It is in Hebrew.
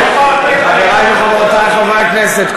חברי וחברותי חברי הכנסת,